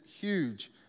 huge